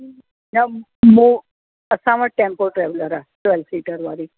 न मो असां वटि टेम्पू ट्रेवलर आहे ट्वेल्व सीटर वारी